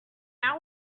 our